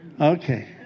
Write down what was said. Okay